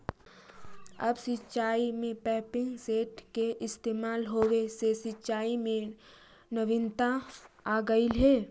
अब सिंचाई में पम्पिंग सेट के इस्तेमाल होवे से सिंचाई में नवीनता अलइ हे